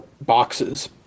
boxes